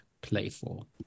playful